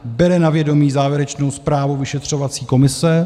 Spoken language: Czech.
Bere na vědomí závěrečnou zprávu vyšetřovací komise.